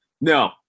no